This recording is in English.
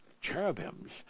cherubims